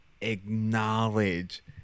acknowledge